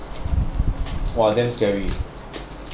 !wah! damn scary